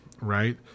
right